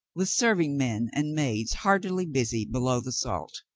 with serving men and maids heartily busy below the salt.